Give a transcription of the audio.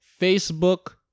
facebook